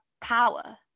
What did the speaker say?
power